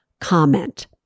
comment